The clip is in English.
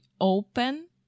open